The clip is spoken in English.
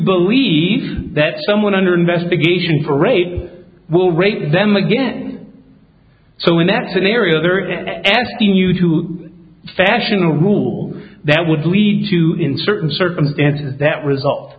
believe that someone under investigation for rate will rape them again so in that scenario there is asking you to fashion a rule that would lead to in certain circumstances that result